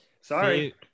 Sorry